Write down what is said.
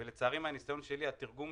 ולצערי, מהניסיון שלי, התרגום